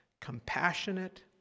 compassionate